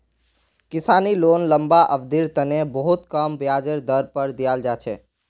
किसानी लोन लम्बा अवधिर तने बहुत कम ब्याजेर दर पर दीयाल जा छे